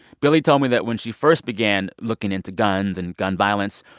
billie told me that when she first began looking into guns and gun violence,